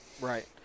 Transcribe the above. Right